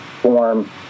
form